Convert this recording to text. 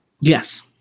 Yes